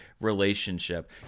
relationship